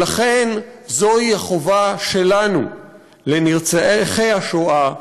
ולכן זוהי החובה שלנו לנרצחי השואה,